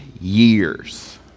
years